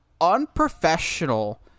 unprofessional